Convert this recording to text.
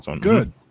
good